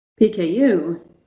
PKU